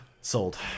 sold